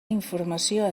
informació